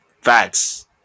Facts